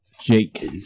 Jake